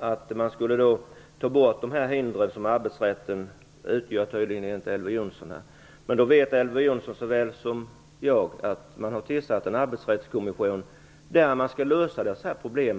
att man skulle ta bort de hinder som arbetsrätten utgör, enligt honom. Men Elver Jonsson vet lika väl som jag att en arbetsrättskommission har tillsatts, som skall lösa dessa problem.